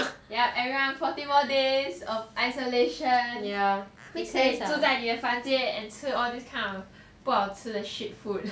ya everyone forty more days of isolation 住在你的房间 and 吃 all these kind of 不好吃的 shit food ya